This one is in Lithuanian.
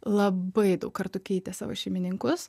labai daug kartų keitė savo šeimininkus